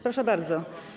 Proszę bardzo.